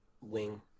wing